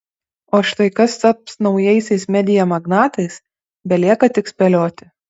o štai kas taps naujaisiais media magnatais belieka tik spėlioti